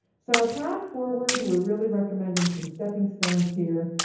so our path forward. we're really recommending some stepping stones here.